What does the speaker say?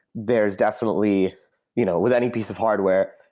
there is definitely you know with any piece of hardware,